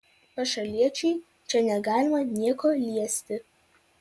pašaliečiui čia negalima nieko liesti